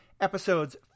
Episodes